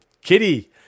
Kitty